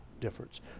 difference